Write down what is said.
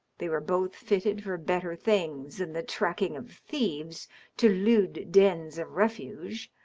they were both fitted for better things than the tracking of thieves to lewd dens of refuge,